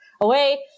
away